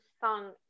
song